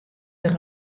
der